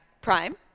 Prime